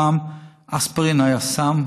פעם אספירין היה סם,